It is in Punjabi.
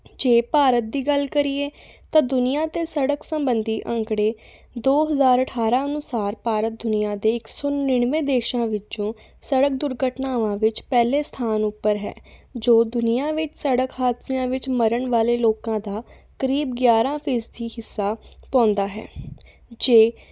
ਜੇ ਭਾਰਤ ਦੀ ਗੱਲ ਕਰੀਏ ਤਾਂ ਦੁਨੀਆਂ 'ਤੇ ਸੜਕ ਸੰਬੰਧੀ ਅੰਕੜੇ ਦੋ ਹਜ਼ਾਰ ਅਠਾਰ੍ਹਾਂ ਅਨੁਸਾਰ ਭਾਰਤ ਦੁਨੀਆ ਦੇ ਇੱਕ ਸੌ ਨੜਿਨਵੇਂ ਦੇਸ਼ਾਂ ਵਿੱਚੋਂ ਸੜਕ ਦੁਰਘਟਨਾਵਾਂ ਵਿੱਚ ਪਹਿਲੇ ਸਥਾਨ ਉੱਪਰ ਹੈ ਜੋ ਦੁਨੀਆ ਵਿੱਚ ਸੜਕ ਹਾਦਸਿਆਂ ਵਿੱਚ ਮਰਨ ਵਾਲੇ ਲੋਕਾਂ ਦਾ ਕਰੀਬ ਗਿਆਰ੍ਹਾਂ ਫੀਸਦੀ ਹਿੱਸਾ ਪਾਉਂਦਾ ਹੈ ਜੇ